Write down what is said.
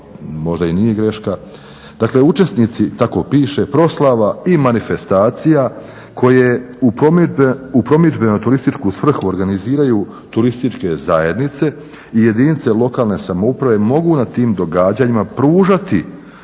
možda nije greška,